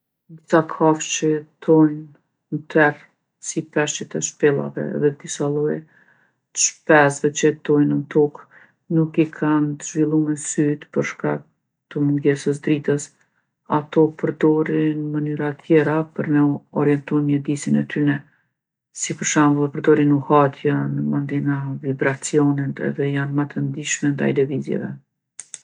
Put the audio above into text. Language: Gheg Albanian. Disa kafshë që jetojnë n'terr, si peshqit e shpellave edhe disa lloje t'shpezve që jetojnë nën tokë, nuk i kanë t'zhvillume sytë për shkak të mungesës t'dritës. Ato përdorin mënyra tjera për me u orientu në mjedisin e tyne, si për shembull e përdorin nuhatjen mandena vibracionin edhe janë ma të ndishme ndaj lëvizjeve.